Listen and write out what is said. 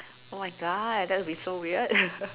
oh my god that would be so weird